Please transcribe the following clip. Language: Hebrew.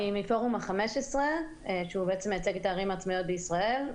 אני מפורום ה-15 שמייצג את הערים העצמאיות בישראל,